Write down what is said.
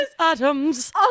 Adams